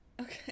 Okay